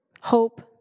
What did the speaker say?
Hope